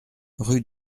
rue